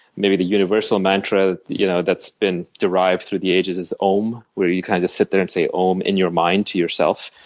maybe the universal mantra you know that's been derived through the ages is ohm, where you kind of just sit there and say ohm in your mind to yourself.